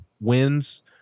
wins